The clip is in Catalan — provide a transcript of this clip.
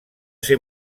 ser